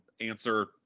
answer